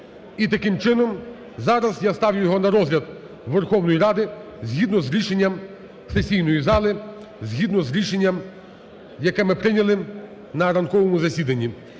І таким чином зараз я ставлю його на розгляд Верховної Ради, згідно із рішенням сесійної зали, згідно з рішенням, яке ми прийняли на ранковому засіданні.